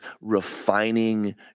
refining